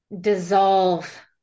dissolve